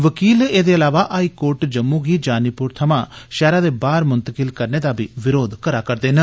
वकील high court Jammu गी जानीपुर थमां शैह्रा दे बाह्र मुतकिल करने दा बी विरोध करै करदे न